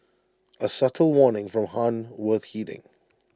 A subtle warning from han worth heeding